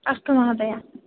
अस्तु महोदय